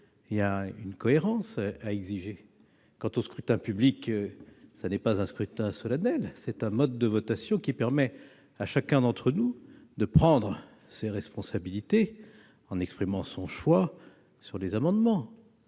Il y a une exigence de cohérence. Quant au scrutin public, il ne s'agit pas d'un vote solennel, mais d'un mode de votation qui permet à chacun d'entre nous de prendre ses responsabilités en exprimant son choix sur les amendements.